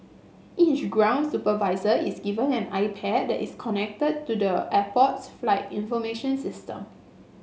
each ground supervisor is given an iPad that is connected to the airport's flight information system